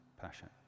passion